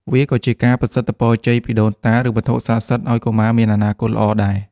វាក៏ជាការប្រសិទ្ធពរជ័យពីដូនតា ឬវត្ថុស័ក្តិសិទ្ធិឱ្យកុមារមានអនាគតល្អដែរ។